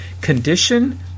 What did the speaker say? Condition